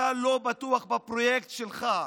אתה לא בטוח בפרויקט שלך,